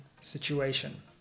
situation